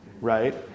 right